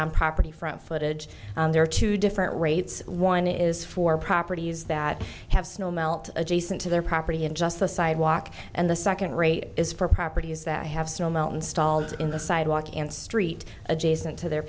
on property front footage there are two different rates one is for properties that have snow melt adjacent to their property in just the sidewalk and the second rate is for properties that have snow mountain stalls in the sidewalk and street adjacent to their